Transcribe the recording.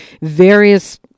various